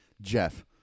jeff